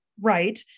right